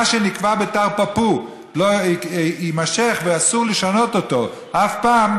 שנקבע בתרפ"פו יימשך ואסור לשנות אותו אף פעם,